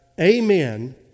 amen